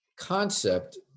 concept